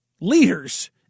leaders